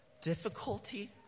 difficulty